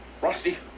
Rusty